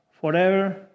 forever